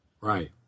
right